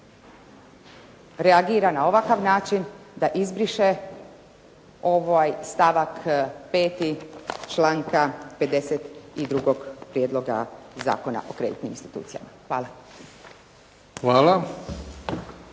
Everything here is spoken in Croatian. reagira na ovakav način da izbriše ovaj stavak 5. članka 52. Prijedloga zakona o kreditnim institucijama. Hvala.